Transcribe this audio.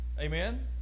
amen